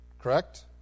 Correct